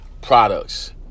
products